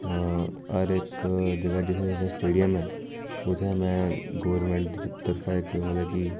हर इक जगह जित्थै जित्थै स्टेडियम ऐ उत्थै में गौरमैंट दी तरफा इक मतलब कि